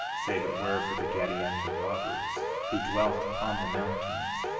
save it were for the gadianton robbers, who dwelt upon the mountains,